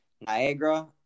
Niagara